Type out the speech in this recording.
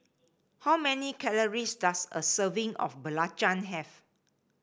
how many calories does a serving of belacan have